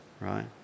right